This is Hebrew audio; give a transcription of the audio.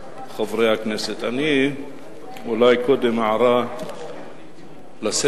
חברי הכנסת, אני אולי קודם אעיר הערה לסדר: